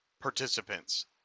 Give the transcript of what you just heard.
Participants